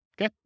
okay